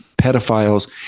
pedophiles